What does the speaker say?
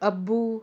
अब्बू